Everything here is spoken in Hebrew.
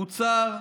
קוצר,